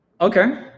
Okay